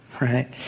right